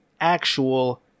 actual